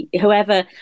whoever